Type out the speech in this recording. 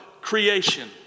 creation